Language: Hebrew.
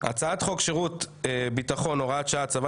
הצעת חוק שירות ביטחון (הוראת שעה) (הצבת